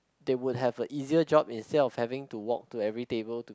they would have a easier job instead of having to walk to every table